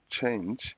change